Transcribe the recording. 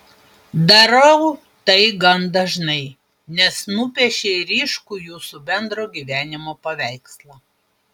darau tai gan dažnai nes nupiešei ryškų jūsų bendro gyvenimo paveikslą